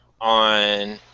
on